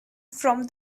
from